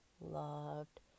Loved